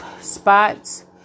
spots